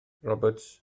roberts